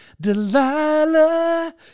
Delilah